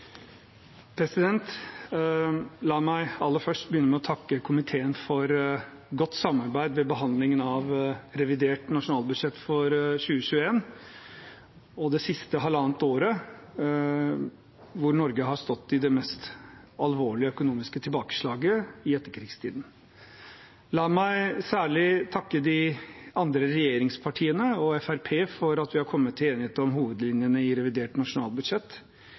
La meg aller først begynne med å takke komiteen for godt samarbeid ved behandlingen av revidert nasjonalbudsjett for 2021, og for det siste halvannet året, hvor Norge har stått i det mest alvorlige økonomiske tilbakeslaget i etterkrigstiden. La meg særlig takke de andre regjeringspartiene og Fremskrittspartiet for at vi har kommet til enighet om hovedlinjene i revidert nasjonalbudsjett